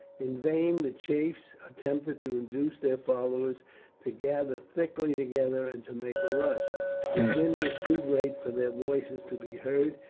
in vain the chiefs attempted to induce their followers to gather thickly together and to make a rush the din was too great for their voices to be heard,